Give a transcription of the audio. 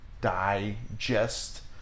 digest